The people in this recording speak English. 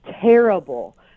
terrible